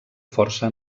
força